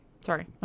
sorry